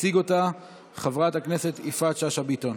תציג אותה חברת הכנסת יפעת שאשא ביטון.